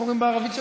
(אומר בערבית: